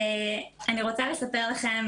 אני רוצה לספר לכם,